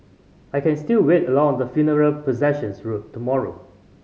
I can still wait along the funeral processions route tomorrow